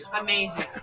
Amazing